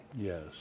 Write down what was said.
Yes